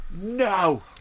No